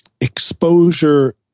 exposure